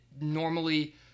normally